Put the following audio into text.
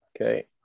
Okay